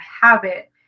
habit